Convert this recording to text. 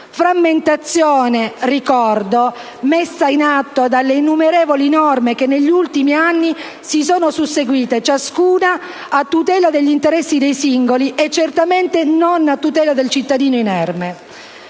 frammentazione degli stessi, messa in atto - ricordo - dalle innumerevoli norme che negli ultimi anni si sono susseguite, ciascuna a tutela degli interessi dei singoli e certamente non a tutela del cittadino inerme.